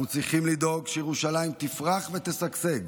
אנחנו צריכים לדאוג שירושלים תפרח ותשגשג,